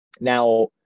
now